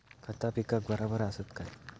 खता पिकाक बराबर आसत काय?